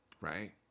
Right